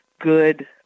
good